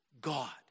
God